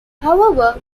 however